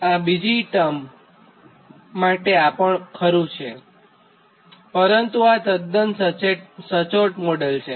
આ બીજા ટર્મ માટે પણ આ ખરૂં છે પરંતુ આ તદ્દ્ન સચોટ મોડેલ છે